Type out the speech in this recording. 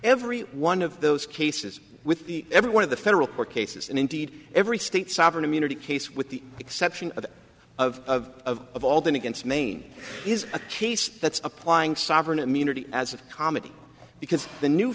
every one of those cases with the every one of the federal court cases and indeed every state sovereign immunity case with the exception of of of all the against maine is a case that's applying sovereign immunity as of comedy because the new